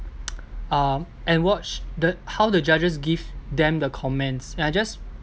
uh and watch the how the judges give them the comments and I just